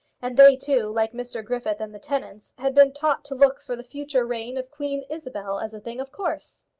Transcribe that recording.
and they, too, like mr griffith and the tenants, had been taught to look for the future reign of queen isabel as a thing of course.